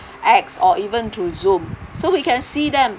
webex or even through zoom so we can see them